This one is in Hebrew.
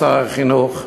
שר החינוך,